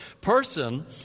person